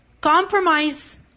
compromise